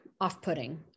off-putting